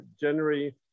January